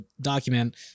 document